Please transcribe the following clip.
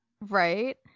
Right